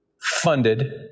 funded